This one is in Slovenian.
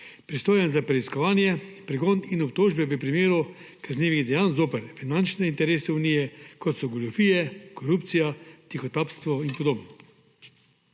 pristojen za preiskovanje, pregon in obtožbe v primeru kaznivih dejanj zoper finančne interese Unije, kot so goljufije, korupcija, tihotapstvo in podobno.